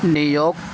New York